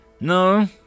No